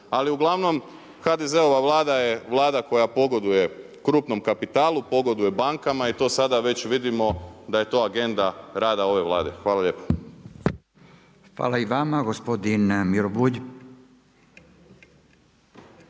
Ali uglavnom HDZ-ova Vlada je Vlada koja pogoduje krupnom kapitalu, pogoduje bankama i to sada već vidimo da je to agenda rada ove Vlade. Hvala lijepo. **Radin, Furio